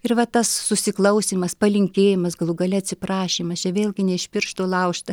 ir va tas susiklausymas palinkėjimas galų gale atsiprašymas čia vėlgi ne iš piršto laužta